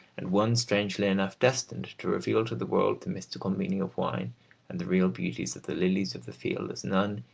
and one, strangely enough, destined to reveal to the world the mystical meaning of wine and the real beauties of the lilies of the field as none,